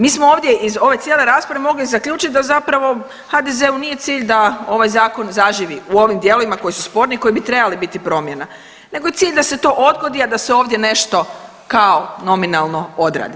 Mi smo iz ove cijele rasprave mogli zaključiti da zapravo HDZ-u nije cilj da ovaj zakon zaživi u ovim dijelovima koji su sporni koji bi trebali biti promjena, nego je cilj da se to odgodi, a da se ovdje nešto kao nominalno odradi.